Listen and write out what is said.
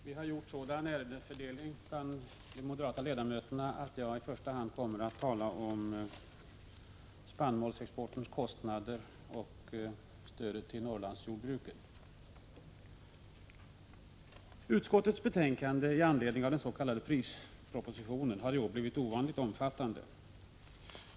Fru talman! Vi moderata ledamöter har gjort en sådan ärendefördelning att jag i första hand kommer att tala om kostnaderna för spannmålsexporten och stödet till Norrlandsjordbruket. Utskottets betänkande i anledning av den s.k. prispropositionen har i år blivit ovanligt omfattande.